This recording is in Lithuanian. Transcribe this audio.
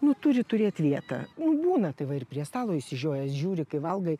nu turi turėt vietą nu būna tai va ir prie stalo išsižiojęs žiūri kai valgai